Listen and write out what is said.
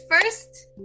first